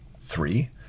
Three